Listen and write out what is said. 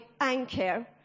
anchor